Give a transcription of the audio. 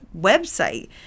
website